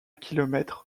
kilomètres